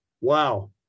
wow